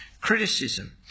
Criticism